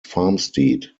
farmstead